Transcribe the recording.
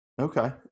Okay